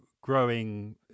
growing